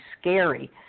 scary